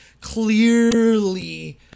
clearly